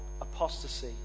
apostasy